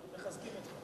אנחנו מחזקים אותך.